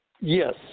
yes